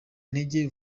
intege